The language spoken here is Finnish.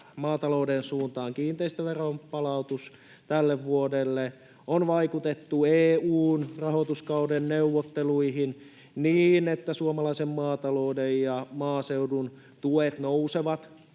maatalouden suuntaan kiinteistöveron palautus tälle vuodelle. On vaikutettu EU:n rahoituskauden neuvotteluihin niin, että suomalaisen maatalouden ja maaseudun tuet nousevat